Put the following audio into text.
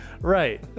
right